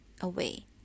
away